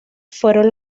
fueron